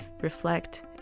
reflect